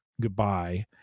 goodbye